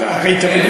תראה,